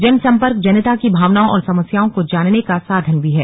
जनसंपर्क जनता की भावनाओं और समस्याओं को जानने का साधन भी है